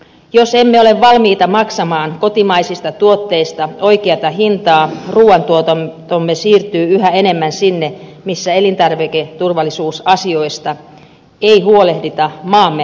jos emme ole valmiita maksamaan kotimaisista tuotteista oikeata hintaa ruuantuotantomme siirtyy yhä enemmän sinne missä elintarviketurvallisuusasioista ei huolehdita maamme tavoin